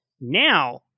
Now